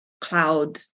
cloud